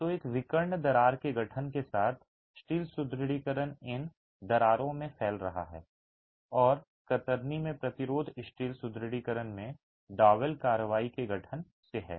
तो एक विकर्ण दरार के गठन के साथ स्टील सुदृढीकरण इन दरारों में फैल रहा है और कतरनी में प्रतिरोध स्टील सुदृढीकरण में डॉवेल कार्रवाई के गठन से है